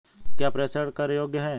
क्या प्रेषण कर योग्य हैं?